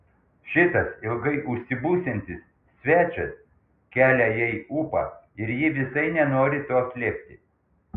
šitas ilgai užsibūsiantis svečias kelia jai ūpą ir ji visai nenori to slėpti